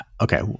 okay